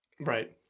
Right